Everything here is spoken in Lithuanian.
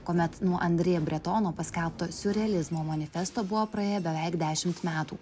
kuomet nuo andrė bretono paskelbto siurrealizmo manifesto buvo praėję beveik dešimt metų